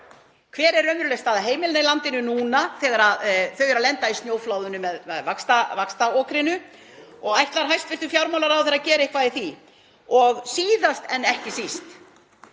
Hver er raunveruleg staða heimilanna í landinu núna þegar þau eru að lenda í snjóflóðinu með vaxtaokrinu? Ætlar hæstv. fjármálaráðherra að gera eitthvað í því? Og síðast en ekki síst: